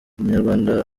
umunyarwanda